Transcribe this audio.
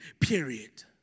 period